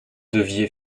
deviez